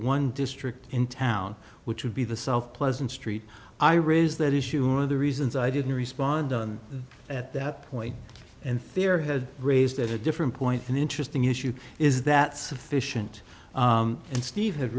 one district in town which would be the south pleasant street i raise that issue of the reasons i didn't respond on at that point and fear had raised at a different point an interesting issue is that sufficient and steve had